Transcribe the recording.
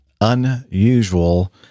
unusual